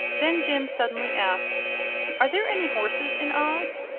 then jim suddenly asked are there any horses in oz?